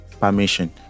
permission